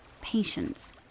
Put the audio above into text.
patience